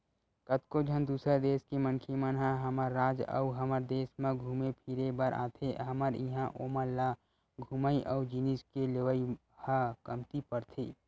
कतको झन दूसर देस के मनखे मन ह हमर राज अउ हमर देस म घुमे फिरे बर आथे हमर इहां ओमन ल घूमई अउ जिनिस के लेवई ह कमती परथे